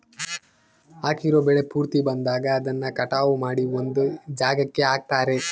ಹಾಕಿರೋ ಬೆಳೆ ಪೂರ್ತಿ ಬಂದಾಗ ಅದನ್ನ ಕಟಾವು ಮಾಡಿ ಒಂದ್ ಜಾಗಕ್ಕೆ ಹಾಕ್ತಾರೆ